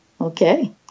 Okay